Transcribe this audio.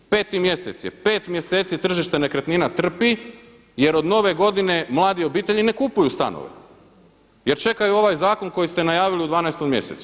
Peti mjesec je, pet mjeseci tržište nekretnina trpi, jer od nove godine mlade obitelji ne kupuju stanove, jer čekaju ovaj zakon koji ste najavili u 12 mjesecu.